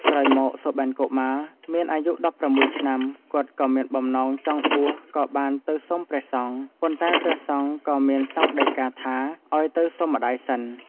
ក្រោយមក សុបិន្តកុមាមានអាយុ១៦ឆ្នាំ គាត់ក៏មានបំណងចង់បួសក៏បានទៅសុំព្រះសង្ឃ ប៉ុន្តែព្រះសង្ឃក៏មានសង្ឃដីការថាអោយទៅសុំម្តាយសិន ។